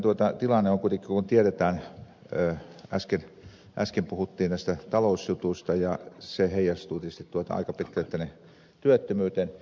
nythän tilanne kuitenkin tiedetään mitä äsken puhuttiin näistä talousjutuista heijastuu tietysti aika pitkälle työttömyyteen